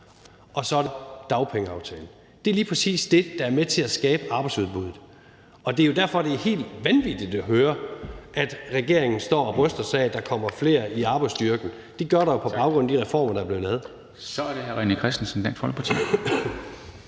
og så er det dagpengeaftalen. Det er lige præcis det, der er med til at skabe arbejdsudbuddet. Det er derfor, det er helt vanvittigt at høre, at regeringen står og bryster sig af, at der kommer flere i arbejdsstyrken. Det gør der jo på baggrund af de reformer, der er blevet lavet. Kl. 10:12 Formanden